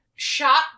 Shot